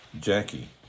Jackie